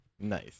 Nice